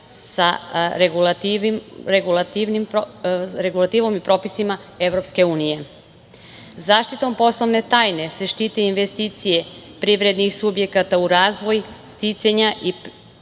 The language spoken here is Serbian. sa regulativom i propisima EU.Zaštitom poslovne tajne se štite investicije privrednih subjekata u razvoj, sticanja i primenu